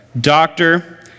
doctor